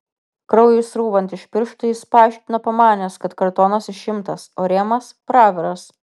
kraujui srūvant iš pirštų jis paaiškino pamanęs kad kartonas išimtas o rėmas praviras